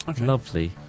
lovely